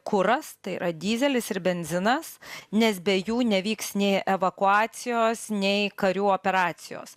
kuras tai yra dyzelis ir benzinas nes be jų nevyks nei evakuacijos nei karių operacijos